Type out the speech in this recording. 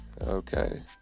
Okay